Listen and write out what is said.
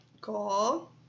Cool